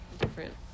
different